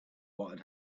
what